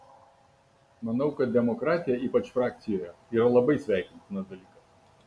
manau kad demokratija ypač frakcijoje yra labai sveikintinas dalykas